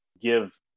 give